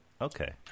Okay